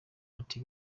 ati